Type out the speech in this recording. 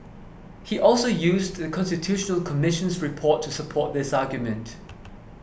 he also used The Constitutional Commission's report to support this argument